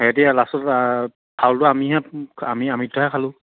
এতিয়া লাষ্টত ফাউলটো আমিহে আমি আমি দুটাহে খালোঁ